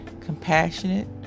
compassionate